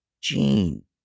gene